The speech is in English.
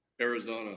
Arizona